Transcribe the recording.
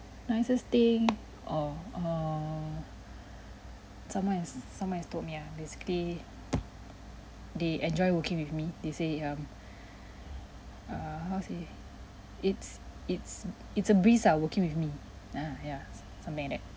nicest thing oh err some more is someone told me ah basically they enjoy working with me they say um err how to say it's it's it's a breeze ah working with me ah yeah something like that